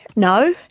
no.